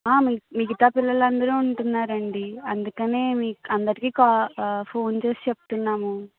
మిగతా పిల్లలందరూ ఉంటున్నారండి అందుకనే మీకు అందరికీ క ఫోన్ చేసి చెప్తున్నాము